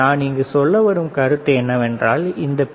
நான் இங்கு சொல்ல வரும் கருத்து என்னவென்றால் இந்த பி